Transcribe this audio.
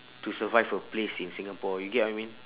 to survive a place in singapore you get what I mean